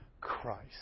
Christ